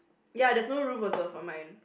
ya there's no roof also for mine